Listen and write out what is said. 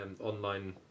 online